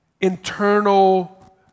Internal